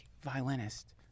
violinist